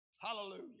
Hallelujah